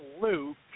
Luke